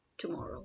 tomorrow